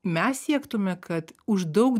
mes siektume kad už daug